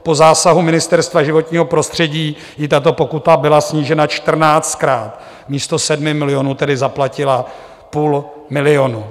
Po zásahu Ministerstva životního prostředí jí tato pokuta byla snížena 14krát, místo 7 milionů tedy zaplatila půl milionu.